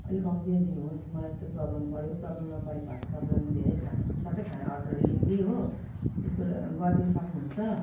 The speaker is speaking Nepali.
अलिक कम्ती नै दिनुहोस् मलाई यस्तो प्रोब्लम पर्यो प्रोब्लम नपरेको भए त तपाईँलाई म धेरै खा सबै खाना अर्डर लिन्थेँ हो यसको ल गरिदिन सक्नुहुन्छ